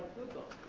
google,